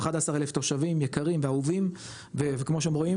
אלף תושבים יקרים ואהובים וכמו שאומרים,